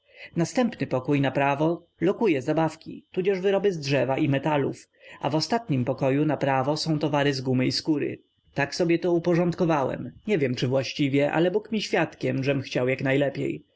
następny pokój naprawo lokuje zabawki tudzież wyroby z drzewa i metalów a w ostatnim pokoju naprawo są towary z gumy i skóry tak sobie to uporządkowałem nie wiem czy właściwie ale bóg mi świadkiem żem chciał jak najlepiej